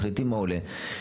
מחליטים מה עולה,